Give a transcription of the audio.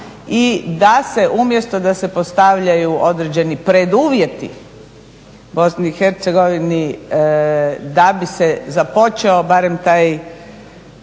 i da se umjesto da se postavljaju određeni preduvjeti BIH da bi se započeo barem taj